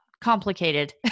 complicated